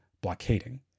blockading